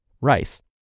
rice